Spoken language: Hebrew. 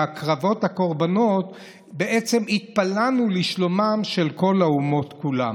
בהקרבת הקורבנות בעצם התפללנו לשלומן של כל האומות כולן.